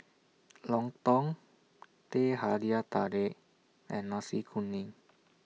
Lontong Teh Halia Tarik and Nasi Kuning